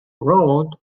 wrote